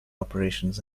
operations